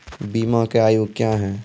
बीमा के आयु क्या हैं?